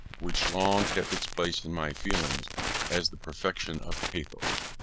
which long kept its place in my feelings as the perfection of pathos.